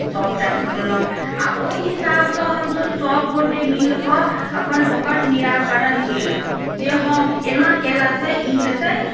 सभटा सुनलहुँ आ ओहि हिसाबसँ हमसभ सभगोटए मिलि कऽ अपन ओकर निराकरण केलहुँ जे हँ एना कयलासँ ई हेतै